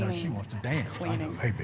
ah she wants to dance. fiona